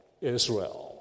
Israel